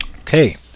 okay